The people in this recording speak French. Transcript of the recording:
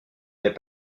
n’est